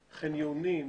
חניונים,